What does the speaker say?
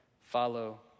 follow